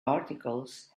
articles